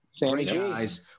guys